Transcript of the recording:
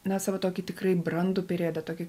na savo tokį tikrai brandų periodą tokį